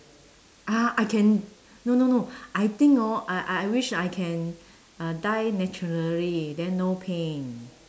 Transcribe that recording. ah I can no no no I think orh I I wish I can uh die naturally then no pain